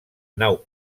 nau